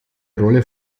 rolle